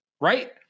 Right